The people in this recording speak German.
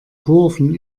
kurven